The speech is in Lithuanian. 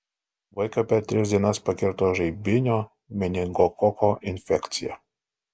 vaiką per tris dienas pakirto žaibinio meningokoko infekcija